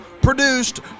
produced